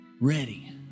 Ready